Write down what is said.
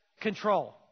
control